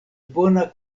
bona